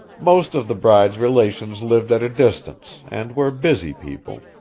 most of the bride's relations lived at a distance, and were busy people,